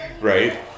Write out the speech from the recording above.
Right